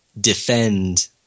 defend